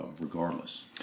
regardless